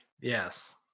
Yes